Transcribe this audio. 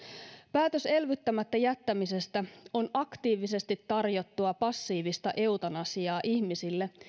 päätös elvyttämättä jättämisestä on aktiivisesti tarjottua passiivista eutanasiaa ihmisille